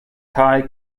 thai